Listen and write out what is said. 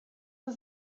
was